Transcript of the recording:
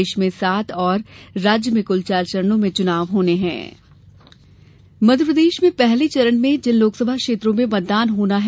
देश में सात और राज्य में कुल चार चरणों में चुनाव होना सीधी प्रोफाइल पैकेज मध्यप्रदेश में पहले चरण में जिन लोकसभा क्षेत्रों में मतदान होना है